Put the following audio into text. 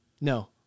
no